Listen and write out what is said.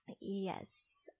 yes